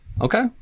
Okay